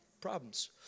problems